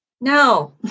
No